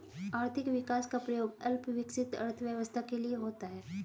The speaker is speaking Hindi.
आर्थिक विकास का प्रयोग अल्प विकसित अर्थव्यवस्था के लिए होता है